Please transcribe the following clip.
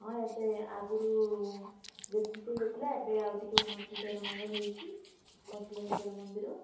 ହଁ ଏବେ ଆଗରୁ ଯେମିତି ହେଇଥିଲା ଏବେ ଆଉ ଟିକିଏ ଉନ୍ନତଧରଣର ହେଇଛି ପଞ୍ଚଲିଙ୍ଗେଶ୍ୱର ମନ୍ଦିର